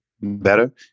better